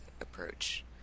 approach